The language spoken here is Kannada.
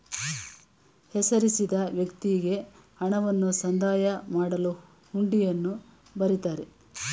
ಹೆಸರಿಸಿದ ವ್ಯಕ್ತಿಗೆ ಹಣವನ್ನು ಸಂದಾಯ ಮಾಡಲು ಹುಂಡಿಯನ್ನು ಬರಿತಾರೆ